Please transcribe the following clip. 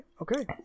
Okay